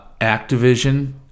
Activision